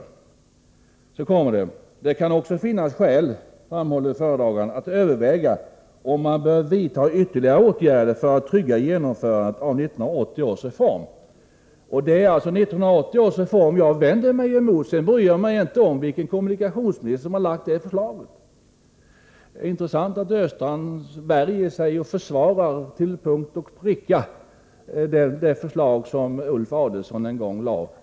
Departementschefen anför: ”Det kan också finnas skäl att pröva om man bör vidta ytterligare åtgärder för att trygga genomförandet av 1980 års reform.” Det är alltså 1980 års reform jag vänder mig emot — jag bryr mig inte om vilken kommunikationsminister som framlade det förslaget. Det är intressant att Östrand värjer sig och på punkt efter punkt försvarar det förslag som en moderat kommunikationsminister en gång framlade.